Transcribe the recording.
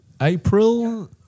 April